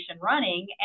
running